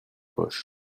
poches